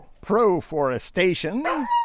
pro-forestation